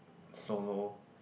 solo